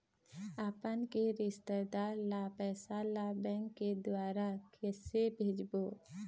अपन के रिश्तेदार ला पैसा ला बैंक के द्वारा कैसे देबो?